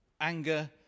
anger